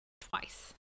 twice